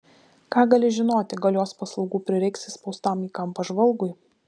ką gali žinoti gal jos paslaugų prireiks įspaustam į kampą žvalgui